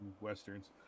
Westerns